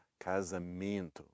Casamento